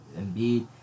Embiid